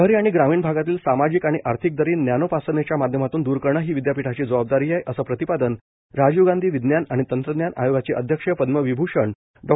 शहरी आणि ग्रामीण भागातील सामाजिक आणि आर्थिक दरी ज्ञानोपासनेच्या माध्यमातून द्र करणं ही विद्यापीठाची जबाबदारी आहे असं प्रतिपादन राजीव गांधी विज्ञान आणि तंत्रज्ञान आयोगाचे अध्यक्ष पदमविभूषण ॉ